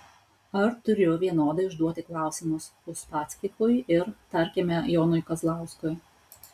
ar turiu vienodai užduoti klausimus uspaskichui ir tarkime jonui kazlauskui